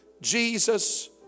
Jesus